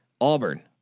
Auburn